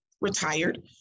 retired